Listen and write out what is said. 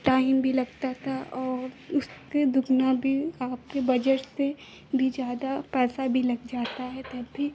time भी लगता था और उससे दुगुना भी आपके बजट से भी ज़्यादा पैसा भी लग जाता है तब भी